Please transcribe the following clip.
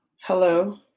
Hello